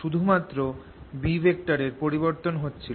শুধু মাত্র B এর পরিবর্তন হচ্ছিল